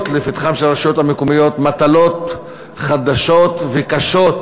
מטלות חדשות וקשות,